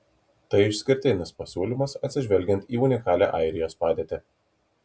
tai išskirtinis pasiūlymas atsižvelgiant į unikalią airijos padėtį